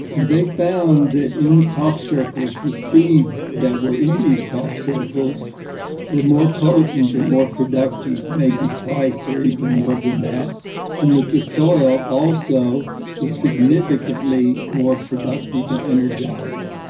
and they found that in the crop circles, the seeds that were in these crop circles were more potent and more productive, maybe twice or even more than that and that the soil, also was significantly more productive and energized.